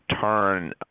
turn